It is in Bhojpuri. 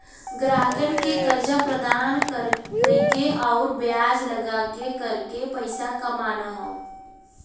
ग्राहकन के कर्जा प्रदान कइके आउर ब्याज लगाके करके पइसा कमाना हौ